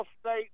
State